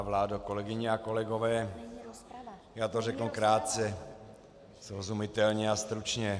Vážená vládo, kolegyně a kolegové, já to řeknu krátce, srozumitelně a stručně.